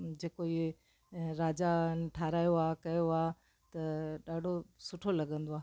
जेको इहे राजा ठाहिरायो आहे कयो आहे त ॾाढो सुठो लॻंदो आहे